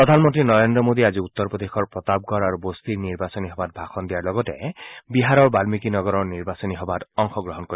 প্ৰধানমন্ত্ৰী নৰেন্দ্ৰ মোডীয়ে আজি উত্তৰ প্ৰদেশৰ প্ৰতাপগড় আৰু বস্তিৰ নিৰ্বাচনী সভাত ভাষণ দিয়াৰ লগতে বিহাৰৰ বান্মিকী নগৰৰ নিৰ্বাচনী সভাত অংশগ্ৰহণ কৰিব